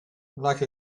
like